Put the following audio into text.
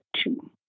two